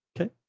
Okay